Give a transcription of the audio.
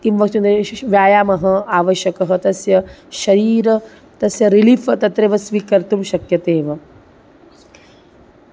किं उच्यते श् श् व्यायामः आवश्यकः तस्य शरीरं तस्य रिलीफ़् तत्रैव स्वीकर्तुं शक्यते एव